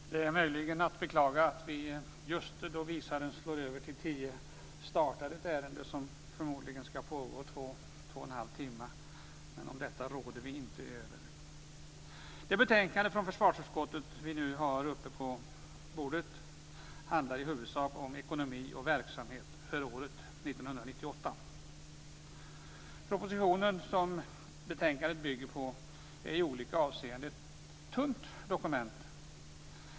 Fru talman! Det är möjligen att beklaga att vi just då visaren slår över till 22.00 startar ett ärende som förmodligen skall pågå två och en halv timme, men detta råder vi inte över. Det betänkande från försvarsutskottet som vi nu har på bordet handlar i huvudsak om ekonomi och verksamhet för året 1998. Propositionen, som betänkandet bygger på, är i olika avseenden ett tunt dokument.